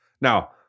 Now